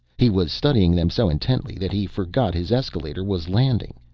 he was studying them so intently that he forgot his escalator was landing.